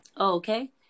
okay